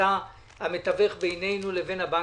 אתה המתווך בינינו לבין הבנקים.